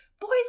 boys